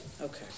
Okay